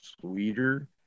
sweeter